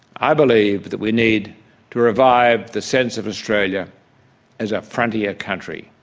i believe that we need to revive the sense of australia as a frontier country,